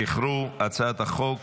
זכרו, הצעת החוק